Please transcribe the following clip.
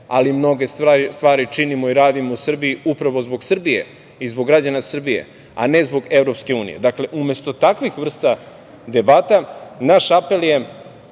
ali mnoge stvari činimo i radimo u Srbiji upravo zbog Srbije i zbog građana Srbije, a ne zbog EU. Umesto takvih vrsta debata naš apel je,